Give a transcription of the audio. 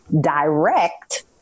direct